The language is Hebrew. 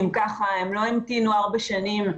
אם כך, הם לא המתינו ארבע שנים.